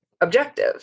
objective